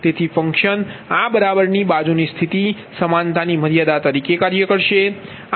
તેથી ફંક્શન આ બરાબરની બાજુની સ્થિતિ સમાનતાની મર્યાદા તરીકે કાર્ય કરશે